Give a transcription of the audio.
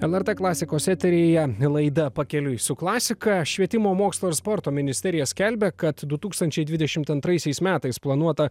lrt klasikos eteryje laida pakeliui su klasika švietimo mokslo ir sporto ministerija skelbia kad du tūkstančiai dvidešim antraisiais metais planuota